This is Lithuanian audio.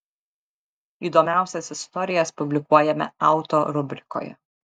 įdomiausias istorijas publikuojame auto rubrikoje